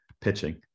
pitching